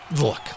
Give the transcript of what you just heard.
look